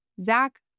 Zach